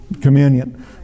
communion